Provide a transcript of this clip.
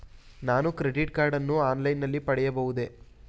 ನಾನು credit card ಅನ್ನು online ನಲ್ಲಿ ಪಡೆಯಬಹುದೇ?